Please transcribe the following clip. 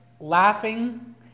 laughing